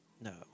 No